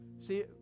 See